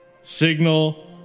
Signal